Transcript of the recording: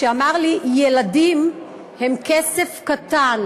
שאמר לי: ילדים הם כסף קטן.